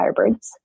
Firebirds